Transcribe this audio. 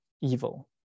evil